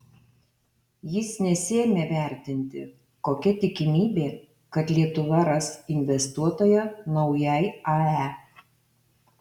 jis nesiėmė vertinti kokia tikimybė kad lietuva ras investuotoją naujai ae